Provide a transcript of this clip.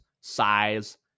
size